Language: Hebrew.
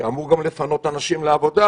שאמור גם לפנות אנשים לעבודה,